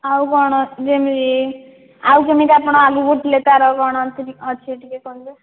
ଆଉ କ'ଣ ଯେମିତି ଆଉ କେମିତି ଆପଣ ଆଗକୁ ଥିଲେ ତାର କଣ ଅଛି ଟିକିଏ କହିବେ